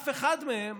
אף אחד מהם